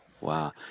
Wow